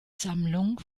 sammlung